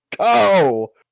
Go